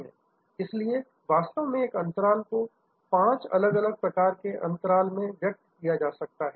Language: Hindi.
Refer Slide Time 1701 इसलिए वास्तव में एक अंतराल को पांच अलग अलग प्रकार के अंतराल में व्यक्त किया जा सकता है